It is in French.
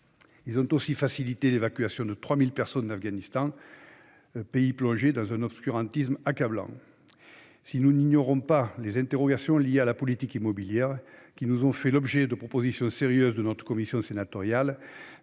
Ils ont aussi facilité l'évacuation de 3 000 personnes d'Afghanistan, pays plongé dans un obscurantisme accablant. Par ailleurs, nous n'ignorons pas les interrogations liées à la politique immobilière : elles ont fait l'objet de propositions sérieuses de la commission des affaires